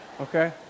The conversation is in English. Okay